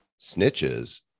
snitches